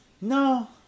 No